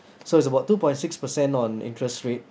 so it's about two point six percent on interest rate